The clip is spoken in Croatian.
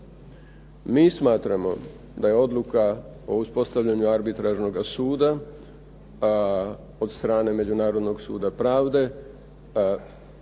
Mi smatramo da je odluka o uspostavljanju arbitražnoga suda od strane Međunarodnog suda pravde